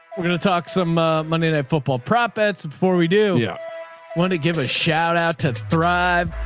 we're going to talk some ah monday night football prop bets. before we do yeah want to give a shout out to thrive.